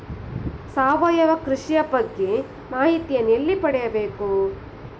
ಸಾವಯವ ಕೃಷಿಯ ಬಗ್ಗೆ ಮಾಹಿತಿಯನ್ನು ಎಲ್ಲಿ ಪಡೆಯಬೇಕು?